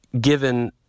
given